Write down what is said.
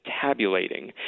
tabulating